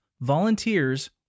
volunteers